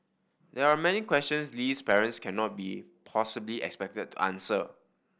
there are many questions Lee's parents cannot be possibly expected answer